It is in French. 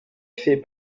fait